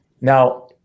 Now